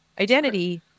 identity